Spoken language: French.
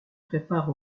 prépare